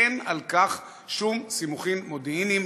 אין לכך שום סימוכין מודיעיניים,